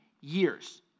years